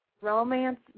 romance